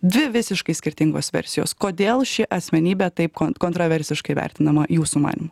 dvi visiškai skirtingos versijos kodėl ši asmenybė taip kontroversiškai vertinama jūsų manymu